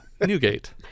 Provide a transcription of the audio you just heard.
Newgate